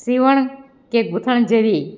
સીવણ કે ગૂંથણ જેવી